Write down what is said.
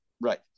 right